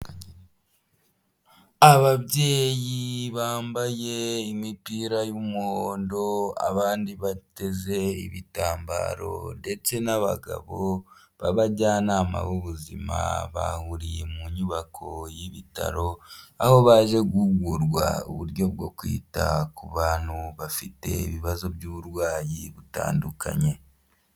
Ababyeyi bambaye imipira y'umuhondo abandi bateze ibitambaro ndetse n'abagabo b'abajyanama b'ubuzima bahuriye mu nyubako y'ibitaro aho baje guhugurwa uburyo bwo kwita ku bantu bafite ibibazo by'uburwayi butandukanye.